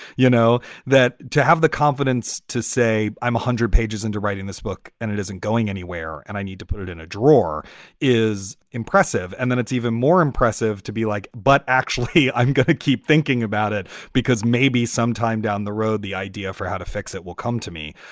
you know that to have the confidence to say i'm one hundred pages into writing this book. and it isn't going anywhere. and i need to put it in a drawer is impressive. and then it's even more impressive to be like. but actually, i'm going to keep thinking about it because maybe sometime down the road, the idea for how to fix it will come to me.